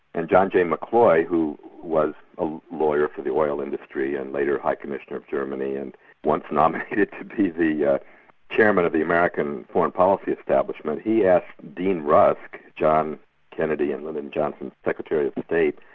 and john j. mccloy, who was a lawyer for the oil industry and later high commissioner of germany and once nominated to be the yeah chairman of the american foreign policy establishment, he asked dean rusk, john kennedy and lyndon johnson's secretary of state,